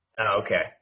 Okay